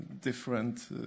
different